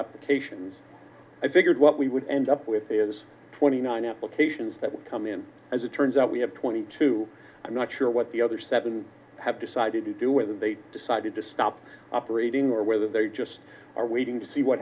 epic asians i figured what we would end up with is twenty nine applications that come in as it turns out we have twenty two i'm not sure what the other seven have decided to do whether they decided to stop operating or whether they just are waiting to see what